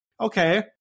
okay